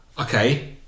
okay